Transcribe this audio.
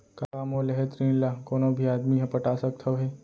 का मोर लेहे ऋण ला कोनो भी आदमी ह पटा सकथव हे?